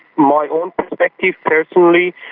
my own perspective personally,